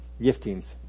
giftings